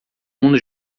mundo